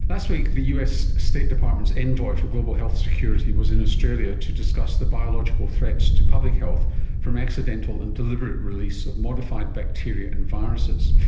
last week the us state department's envoy for global health security was in australia to discuss the biological threats to public health from accidental and deliberate release of modified bacteria and viruses.